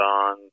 on